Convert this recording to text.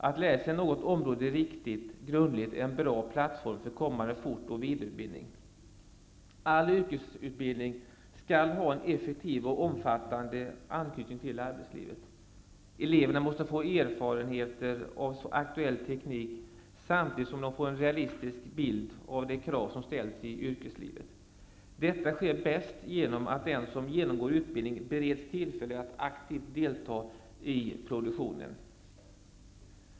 Att lära sig något område riktigt grundligt är en bra plattform för kommande fort och vidareutbildning. All yrkesutbildning skall ha en effektiv och omfattande anknytning till arbetslivet. Eleverna måste få erfarenheter av aktuell teknik samtidigt som de får en realistisk bild av de krav som ställs i yrkeslivet. Detta sker bäst genom att den som genomgår utbildning bereds tillfälle att aktivt delta i produktionen.